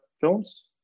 films